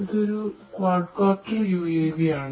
ഇതൊരു quadcopter UAV യാണ്